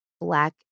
Black